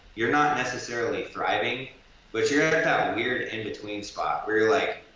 you're not necessarily thriving but you're at that weird in-between spot where you're like,